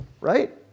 Right